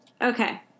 Okay